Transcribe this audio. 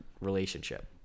relationship